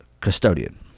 custodian